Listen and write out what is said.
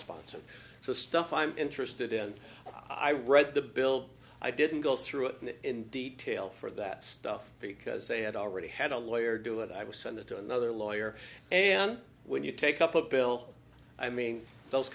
sponsor stuff i'm interested in i read the bill i didn't go through it in detail for that stuff because they had already had a lawyer do it i will send it to another lawyer and when you take up a bill i mean those